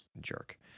Jerk